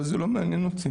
אבל זה לא מעניין אותי.